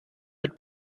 mit